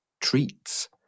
treats